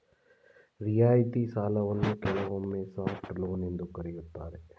ರಿಯಾಯಿತಿ ಸಾಲವನ್ನ ಕೆಲವೊಮ್ಮೆ ಸಾಫ್ಟ್ ಲೋನ್ ಎಂದು ಕರೆಯುತ್ತಾರೆ